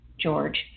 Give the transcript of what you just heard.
George